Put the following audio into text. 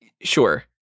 sure